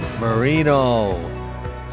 Marino